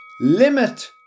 Limit